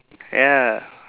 ya